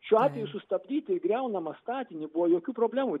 šiuo atveju sustabdyti griaunamą statinį buvo jokių problemų